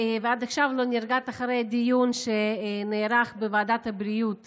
ועד עכשיו אני לא נרגעת אחרי דיון שנערך בוועדת הבריאות